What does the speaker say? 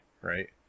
right